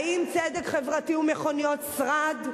האם צדק חברתי הוא מכוניות שרד?